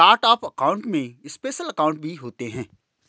chart of account में special account भी होते हैं